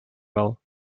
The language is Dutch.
wel